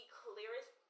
clearest